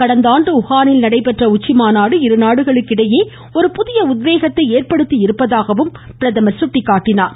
கடந்த ஆண்டு உஹானில் நடைபெற்ற உச்சிமாநாடு இருநாடுகளுக்கு இடையே ஒரு புதிய உத்வேகத்தை ஏற்படுத்தியிருப்பதாகவும் அவர் சுட்டிக்காட்டினார்